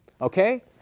Okay